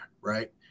Right